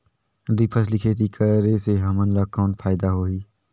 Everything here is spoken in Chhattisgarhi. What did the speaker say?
दुई फसली खेती करे से हमन ला कौन फायदा होही?